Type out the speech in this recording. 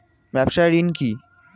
ব্যবসায় ঋণ কি?